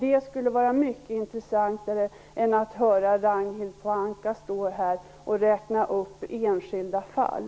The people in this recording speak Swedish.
Det skulle vara mycket intressantare att få veta det än att höra Ragnhild Pohanka här räkna upp enskilda fall.